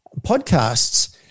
podcasts